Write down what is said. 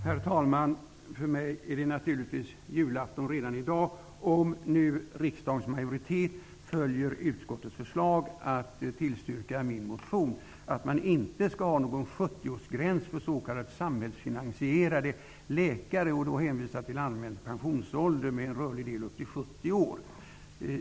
Herr talman! För mig är det naturligtvis julafton redan i dag. Om nu riksdagens majoritet följer socialutskottets förslag att tillstyrka min motion, innebärande att man inte skall ha någon 70 Sådan gräns föreslås med hänvisning till allmän pensionsålder med en rörlig del upp till 70 år.